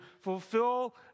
fulfill